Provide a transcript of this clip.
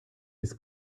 his